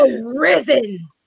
risen